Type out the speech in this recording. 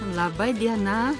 laba diena